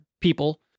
people